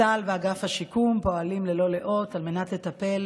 צה"ל ואגף השיקום פועלים ללא לאות על מנת לטפל